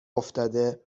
افتاده